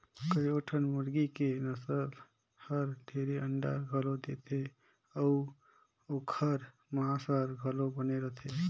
कयोठन मुरगी के नसल हर ढेरे अंडा घलो देथे अउ ओखर मांस हर घलो बने रथे